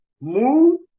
move